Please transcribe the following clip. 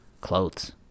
clothes